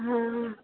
ହଁ ହଁ